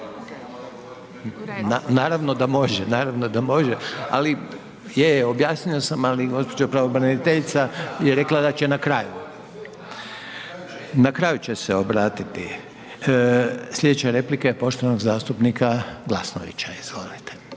(HDZ)** Pa može. Naravno da može, ali, je je, objasnio sam, ali gđa., pravobraniteljice je rekla da će na kraju. Na kraju će se obratiti. Sljedeća replika je poštovanog zastupnika Glasnovića.